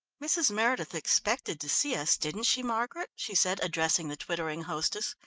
mrs. meredith expected to see us, didn't she, margaret? she said, addressing the twittering hostess.